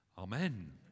Amen